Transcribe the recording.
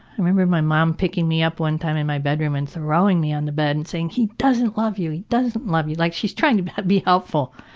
remember my mom picking me up one time in my bedroom and throwing me on the bed and saying, he doesn't love you! he doesn't love you! like she is trying to be helpful,